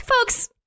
Folks